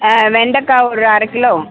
ஆ வெண்டக்கா ஒரு அரக் கிலோ